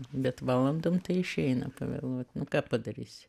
bet valandom tai išeina pavėluot ką padarysi